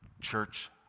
church